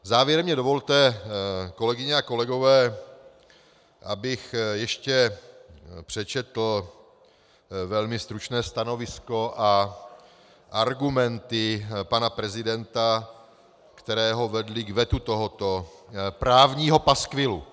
Závěrem mi dovolte, kolegyně a kolegové, abych ještě přečetl velmi stručné stanovisko a argumenty pana prezidenta, které ho vedly k vetu tohoto právního paskvilu.